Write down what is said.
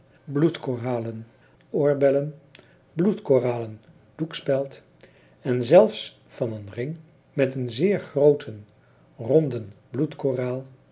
bloedkoralen oorbellen bloedkoralen doekspeld en zelfs van een ring met een zeer grooten ronden